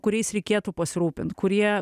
kuriais reikėtų pasirūpint kurie